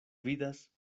vidas